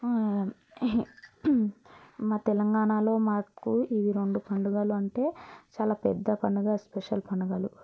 మా తెలంగాణలో మాకు ఈ రెండు పండుగలు అంటే చాలా పెద్ద పండుగ స్పెషల్ పండుగలు